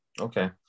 Okay